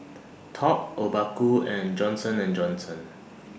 Top Obaku and Johnson and Johnson